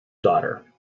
daughter